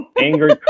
angry